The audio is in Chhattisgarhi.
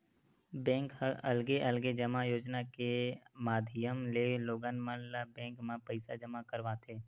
बेंक ह अलगे अलगे जमा योजना के माधियम ले लोगन मन ल बेंक म पइसा जमा करवाथे